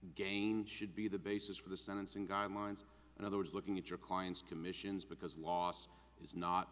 again should be the basis for the sentencing garments in other words looking at your client's commissions because loss is not